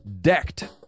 decked